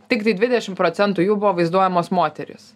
tiktai dvidešimt procentų jų buvo vaizduojamos moterys